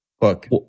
Look